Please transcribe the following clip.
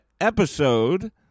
episode